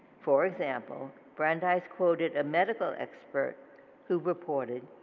for example, brandeis quotes a medical expert who reported